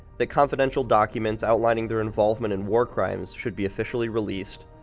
that confidential documents outlining their involvement in war crimes should be officially released.